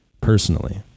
personally